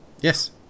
Yes